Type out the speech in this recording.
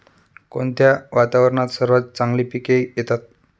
कोणत्या वातावरणात सर्वात चांगली पिके येतात?